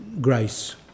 grace